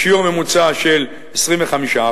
בשיעור ממוצע של 25%,